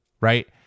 right